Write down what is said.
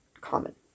common